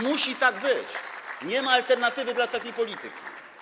Musi tak być, nie ma alternatywy dla takiej polityki.